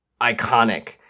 iconic